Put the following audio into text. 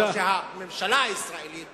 או שהממשלה הישראלית